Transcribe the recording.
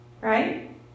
right